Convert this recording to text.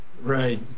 Right